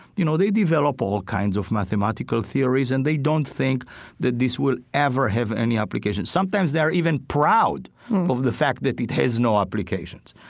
you know they develop all kinds of mathematical theories and they don't think that this will ever have any application. sometimes they are even proud of the fact that it has no applications.